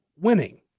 winning